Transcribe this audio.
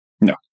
No